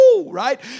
Right